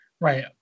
Right